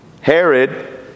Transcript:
Herod